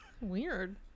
weird